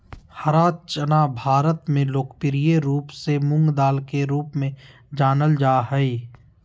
हरा चना भारत में लोकप्रिय रूप से मूंगदाल के रूप में जानल जा हइ